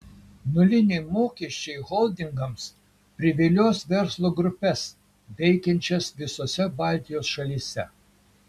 nuliniai mokesčiai holdingams privilios verslo grupes veikiančias visose baltijos šalyse